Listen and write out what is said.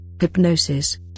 hypnosis